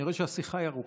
אני רואה שהשיחה ארוכה,